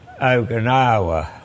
Okinawa